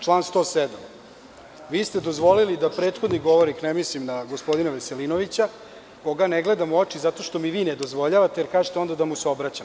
Član 107, dozvolili ste da prethodni govornik, ne mislim na gospodina Veselinovića, koga ne gledam u oči zato što mi vi ne dozvoljavate, jer kažete onda da mu se obraćam.